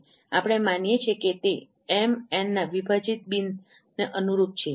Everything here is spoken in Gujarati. આપણે માનીએ છીએ કે તે એમ એનના વિભાજિત બીન્સને અનુરૂપ છે